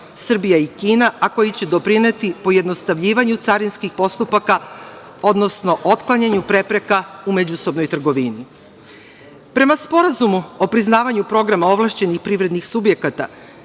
Srbija i Kina, a koji će doprineti pojednostavljivanju carinskih postupaka, odnosno otklanjanju prepreka u međusobnoj trgovini. Prema Sporazumu o priznavanju programa ovlašćenih privrednih subjekata